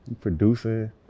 Producing